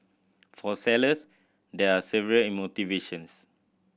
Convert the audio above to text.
for sellers there are several in motivations